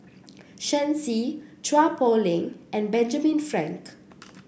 Shen Xi Chua Poh Leng and Benjamin Frank